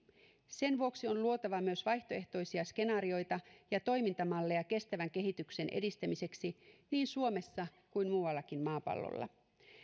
sen vuoksi on luotava myös vaihtoehtoisia skenaarioita ja toimintamalleja kestävän kehityksen edistämiseksi niin suomessa kuin muuallakin maapallolla